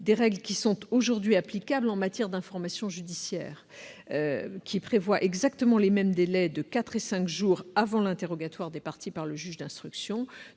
des règles aujourd'hui applicables en matière d'information judiciaire, qui prévoient les mêmes délais de quatre et cinq jours avant l'interrogatoire des parties par le juge d'instruction.